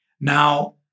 Now